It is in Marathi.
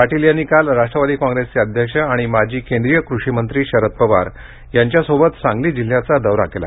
पाटील यांनी काल राष्ट्रवादी काँग्रेसचे अध्यक्ष आणि माजी केंद्रीय कृषिमंत्री शरद पवार यांच्यासोबत सांगली जिल्ह्याचा दौरा केला